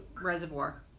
reservoir